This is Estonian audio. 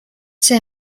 see